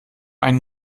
einen